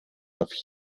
auf